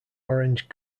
orange